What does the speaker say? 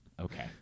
Okay